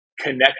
connect